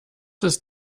ist